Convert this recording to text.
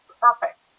perfect